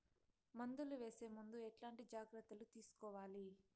మందులు వేసే ముందు ఎట్లాంటి జాగ్రత్తలు తీసుకోవాలి?